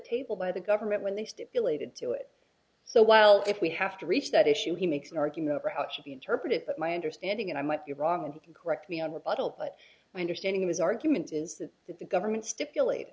table by the government when they stipulated to it so while if we have to reach that issue he makes an argument over how it should be interpreted but my understanding and i might be wrong and you can correct me on rebuttal but my understanding of his argument is that if the government stipulate